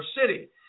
city